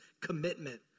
commitment